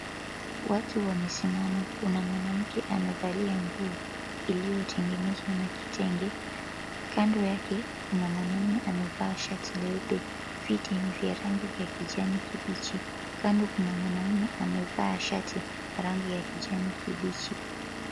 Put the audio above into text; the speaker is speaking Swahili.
Watu wamesimama, kuna mwanamke amevalia nguo iliyotengenezwa na kitenge, kando yake mna mwanamume aliyevaa shati leupe. Viti ni vya rangi vya kijani kibichi, kando kuna mwanamume amevaa shati rangi ya kijani kibichi.